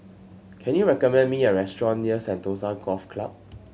can you recommend me a restaurant near Sentosa Golf Club